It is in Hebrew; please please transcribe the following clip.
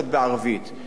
ותוכניות בערבית,